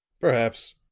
perhaps,